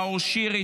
נאור שירי,